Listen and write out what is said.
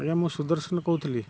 ଆଜ୍ଞା ମୁଁ ସୁଦର୍ଶନ କହୁଥିଲି